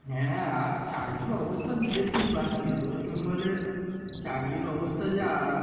হ্যাঁ আর চাকরির অবস্থা তো দেখতেই পাচ্ছিস ওয়েস্ট বেঙ্গলে চাকরির অবস্থা যা